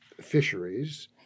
Fisheries